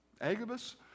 Agabus